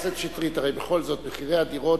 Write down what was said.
חבר הכנסת שטרית, הרי בכל זאת, מחירי הדירות